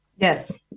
yes